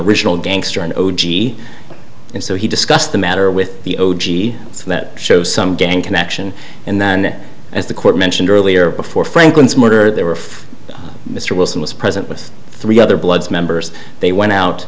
original gangster no g and so he discussed the matter with the o g so that shows some gang connection and then as the court mentioned earlier before franklin's murder they were if mr wilson was present with three other bloods members they went out